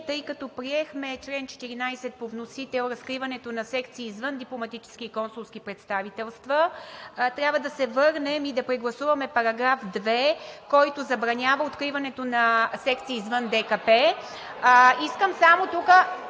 тъй като приехме чл. 14 по вносител – разкриването на секции извън дипломатически и консулски представителства, трябва да се върнем и да прегласуваме § 2, който забранява откриването на секции извън ДКП. (Шум и реплики